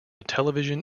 television